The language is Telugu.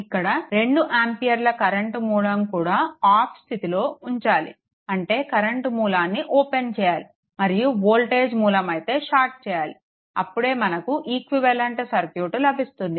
ఇక్కడ 2 ఆంపియర్ల కరెంట్ మూలం కూడా ఆఫ్ స్థితిలో ఉంచాలి అంటే కరెంట్ మూలాన్ని ఓపెన్ చేయాలి మరియు వోల్టేజ్ మూలం అయితే షార్ట్ చేయాలి అప్పుడే మనకు ఈక్వివలెంట్ సర్క్యూట్ లభిస్తుంది